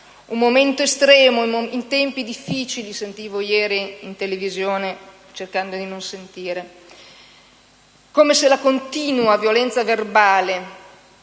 un momento estremo in tempi difficili, come sentivo ieri in televisione, cercando di non sentire; come se la continua violenza verbale